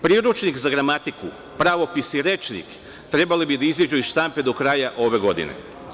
Priručnik za gramatiku, pravopis i rečnik, trebalo bi da izađu iz štampe do kraja ove godine.